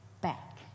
back